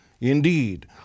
indeed